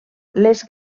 les